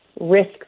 risk